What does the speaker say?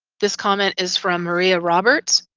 this comment is from maria roberts.